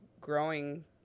growing